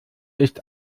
ist